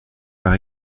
par